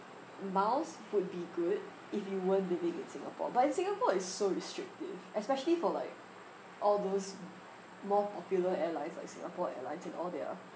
miles would be good if you weren't living in singapore but in singapore it's so restrictive especially for like all those more popular airlines like singapore airlines and all their